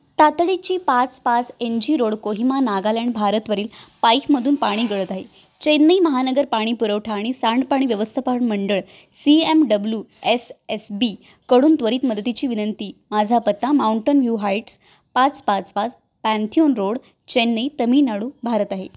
तातडीची पाच पाच N G road Kohima Nagaland भारतवरील पाईकमधून पाणी गळत आहे चेन्नई महानगर पाणी पुरवठा आणि सांडपाणी व्यवस्थापन मंडळ C M W S S बीकडून त्वरित मदतीची विनंती माझा पत्ता माऊंटन व्ह्यू हाईट्स पाच पाच पाच पॅन्थिओन रोड चेन्नई तमिळनाडू भारत आहे